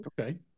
Okay